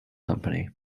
company